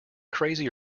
crazy